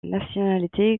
nationalité